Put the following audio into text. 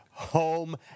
home